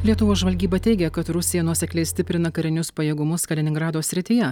lietuvos žvalgyba teigia kad rusija nuosekliai stiprina karinius pajėgumus kaliningrado srityje